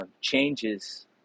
changes